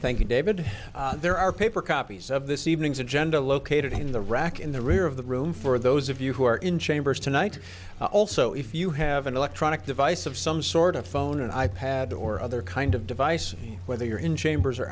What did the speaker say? thank you david there are paper copies of this evening's agenda located in the rack in the rear of the room for those of you who are in chambers tonight also if you have an electronic device of some sort of phone and i pad or other kind of device whether you're in chambers or